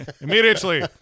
Immediately